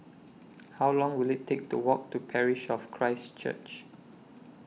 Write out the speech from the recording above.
How Long Will IT Take to Walk to Parish of Christ Church